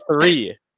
Three